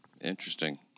Interesting